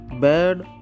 bad